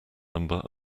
number